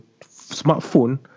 smartphone